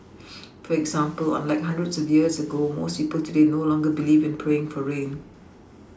for example unlike hundreds of years ago most people today no longer believe in praying for rain